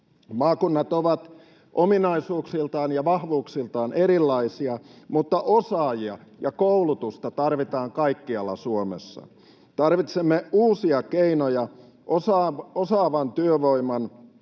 Maakunnat ovat ominaisuuksiltaan ja vahvuuksiltaan erilaisia, mutta osaajia ja koulutusta tarvitaan kaikkialla Suomessa. Tarvitsemme uusia keinoja osaavan työvoiman